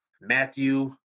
Matthew